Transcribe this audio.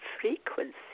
frequency